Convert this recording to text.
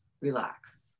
relax